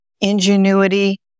ingenuity